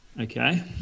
Okay